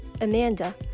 Amanda